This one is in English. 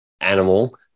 animal